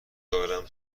دارم